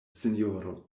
sinjoro